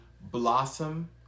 blossom